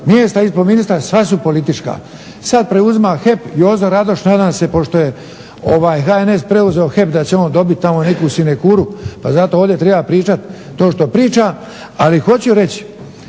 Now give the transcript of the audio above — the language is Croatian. mjesta ispod ministra sva su politička. Sad preuzima HEP Jozo Radoš, nadam se pošto je HNS preuzeo HEP da će on dobit tamo neku sinekuru, pa zato ovdje treba pričat to što priča. Ali hoću reć,